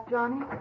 Johnny